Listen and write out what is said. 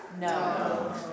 No